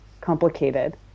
complicated